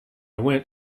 went